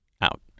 out